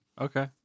Okay